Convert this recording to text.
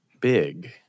big